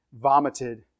Vomited